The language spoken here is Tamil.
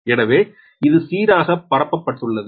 எனவே இது சீராக பரப்பப்பட்டுள்ளது